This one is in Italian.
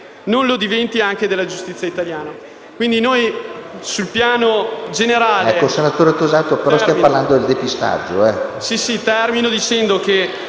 non lo diventi anche della giustizia italiana.